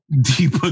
Deep